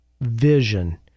vision